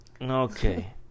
Okay